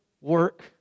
work